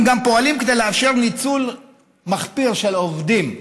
הם גם פועלים כדי לאפשר ניצול מחפיר של העובדים.